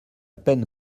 peine